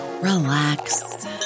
relax